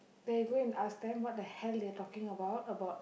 then you go and ask them what the hell they talking about about